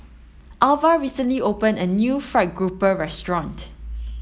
Alva recently opened a new fried grouper restaurant